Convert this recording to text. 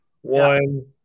one